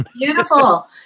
Beautiful